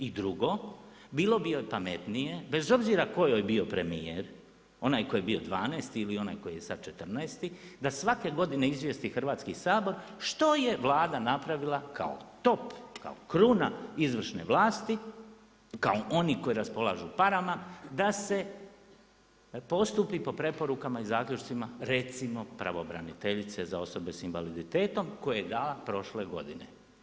I drugo, bilo bi joj pametnije, bez obzira tko joj bio premijer onaj tko je bio 12. ili onaj koji je sada 14. da svake godine izvijesti Hrvatski sabor što je Vlada napravila kao top, kao kruna izvršne vlasti, kao oni koji raspolažu parama da se postupi po preporukama i zaključcima, recimo pravobraniteljica za osobe s invaliditetom koje je dala prošle godine.